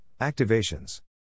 activations